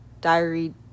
diary